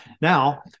Now